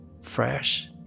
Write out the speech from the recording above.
fresh